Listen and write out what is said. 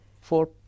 four